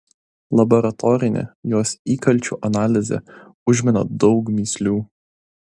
laboratorinė jos įkalčių analizė užmena daug mįslių